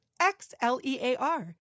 X-L-E-A-R